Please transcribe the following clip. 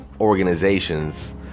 organizations